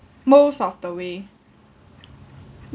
most of the way